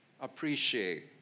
appreciate